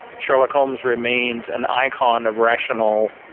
sherlock holmes remains an icon of rational